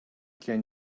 can